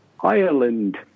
Ireland